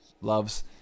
loves